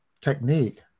technique